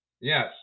yes